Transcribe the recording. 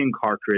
cartridge